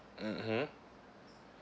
mmhmm